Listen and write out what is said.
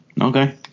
Okay